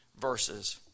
verses